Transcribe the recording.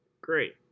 Great